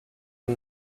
and